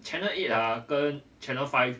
channel eight ah 跟 channel five